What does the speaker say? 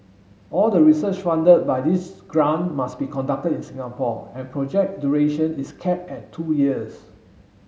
all the research funded by this grant must be conducted in Singapore and project duration is capped at two years